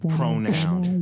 Pronoun